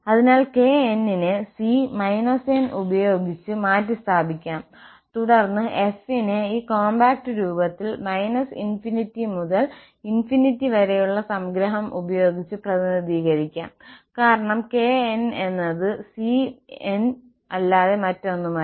അതിനാൽ kn നെ c n ഉപയോഗിച്ച് മാറ്റിസ്ഥാപിക്കാം തുടർന്ന് f നെ ഈ കോംപാക്റ്റ് രൂപത്തിൽ ∞ മുതൽ ∞ വരെയുള്ള സംഗ്രഹം ഉപയോഗിച്ച് പ്രതിനിധീകരിക്കാം കാരണം kn എന്നത് c n അല്ലാതെ മറ്റൊന്നുമല്ല